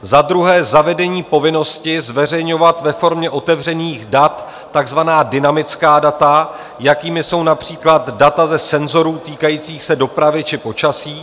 Za druhé, zavedení povinnosti zveřejňovat ve formě otevřených dat takzvaná dynamická data, jakými jsou například data ze senzorů týkajících se dopravy či počasí.